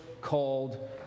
called